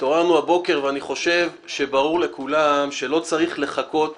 בעקבות אירועי הבוקר אני חושב שברור לכולם שלא צריך לחכות